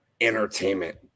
entertainment